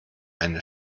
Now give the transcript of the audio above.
eine